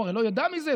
הוא הרי לא ידע מזה,